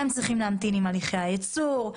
הם צריכים להמתין עם הליכי הייצור.